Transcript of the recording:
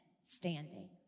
standing